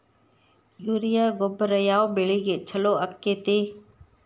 Urea ಗೊಬ್ಬರ ಯಾವ ಬೆಳಿಗೆ ಛಲೋ ಆಕ್ಕೆತಿ?